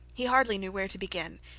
he hardly knew where to begin,